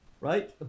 Right